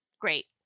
great